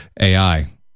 AI